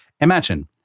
Imagine